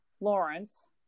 lawrence